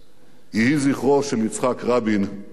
יהי זכרו של יצחק רבין ברוך.